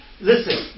Listen